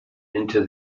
into